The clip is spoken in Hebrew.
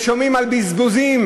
שומעים על בזבוזים,